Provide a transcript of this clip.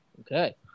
Okay